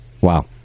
Wow